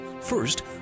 First